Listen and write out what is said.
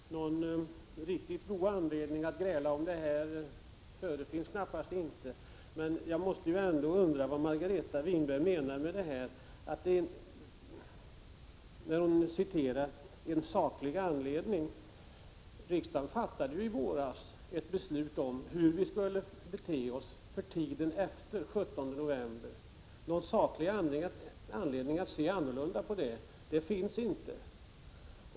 Herr talman! Någon riktigt god anledning att gräla om detta finns knappast. Men jag måste ändå undra vad Margareta Winberg menar när hon citerar uttrycket ”saklig anledning”. Riksdagen fattade ju i våras ett beslut om hur vi skulle bete oss för tiden efter den 17 november. Någon saklig anledning att nu inta en annan ståndpunkt finns inte.